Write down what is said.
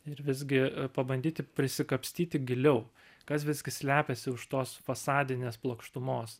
ir visgi pabandyti prisikapstyti giliau kas visgi slepiasi už tos fasadinės plokštumos